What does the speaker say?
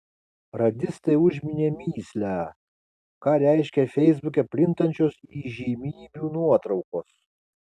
radistai užminė mįslę ką reiškia feisbuke plintančios įžymybių nuotraukos